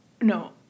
No